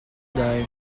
dime